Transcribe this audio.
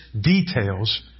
details